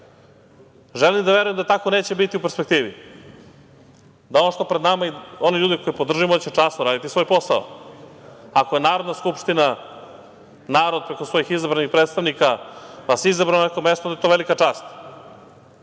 redu. Želim da verujem da tako neće biti u perspektivi. Da ono što je pred nama i one ljude koje podržimo da će časno raditi svoj posao. Ako je Narodna skupština, narod preko svojih izabranih predstavnika, vas izabrao na neko mesto, onda je to velika čast